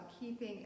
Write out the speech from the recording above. keeping